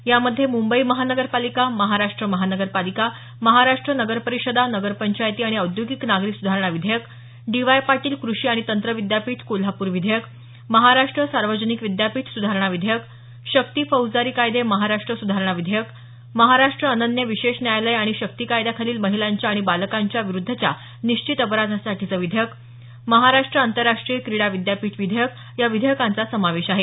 यामध्ये मुंबई नगर परिषदा नगर पंचायती आणि औद्योगिक नागरी सुधारणा विधेयक डी वाय पाटील कृषी आणि तंत्र विद्यापीठ कोल्हापूर विधेयक महाराष्ट्र सार्वजनिक विद्यापीठ सुधारणा विधेयक शक्ती फौजदारी कायदे महाराष्ट्र सुधारणा विधेयक महाराष्ट्र अनन्य विशेष न्यायालय शक्ती कायद्याखालील महिलांच्या आणि बालकांच्या विरुद्धच्या निश्चित अपराधासाठीचं विधेयक महाराष्ट्र आंतरराष्ट्रीय क्रिडा विद्यापीठ विधेयक या विधेयकांचा समावेश आहे